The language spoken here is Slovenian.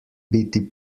biti